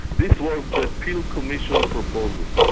this was the peel commission proposal.